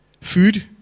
Food